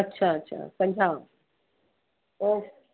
अच्छा अच्छा पंजाहु पोइ